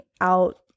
out